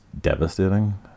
devastating